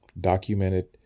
Documented